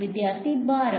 വിദ്യാർത്ഥി ഭാരം